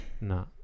Nah